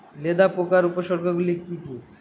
লেদা পোকার উপসর্গগুলি কি কি?